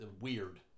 weird